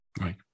Right